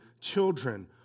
children